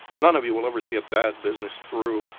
none of you will ever see a bad business through!